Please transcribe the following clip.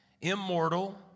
immortal